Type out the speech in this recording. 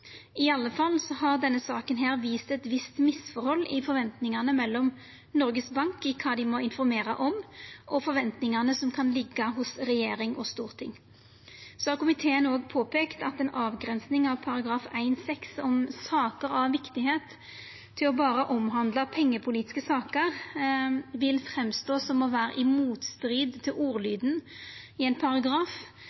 I alle fall har denne saka vist eit visst misforhold mellom forventingane i Noregs Bank om kva dei må informera om, og forventingane som kan liggja hos regjering og storting. Komiten har òg peika på at ei avgrensing av § 1-6 om «saker av viktighet» til berre å omhandla pengepolitiske saker, vil framstå å vera i motstrid til